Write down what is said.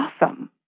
awesome